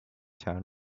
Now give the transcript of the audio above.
town